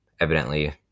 evidently